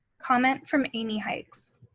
comment from amy hykes.